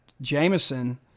Jameson